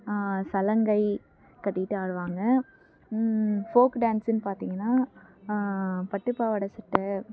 சலங்கை கட்டிகிட்டு ஆடுவாங்க ஃபோக்கு டான்ஸுன்னு பார்த்தீங்கன்னா பட்டு பாவாடை சட்டை